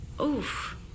Oof